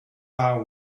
are